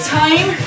time